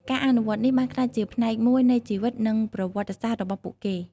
ការអនុវត្តនេះបានក្លាយជាផ្នែកមួយនៃជីវិតនិងប្រវត្តិសាស្ត្ររបស់ពួកគេ។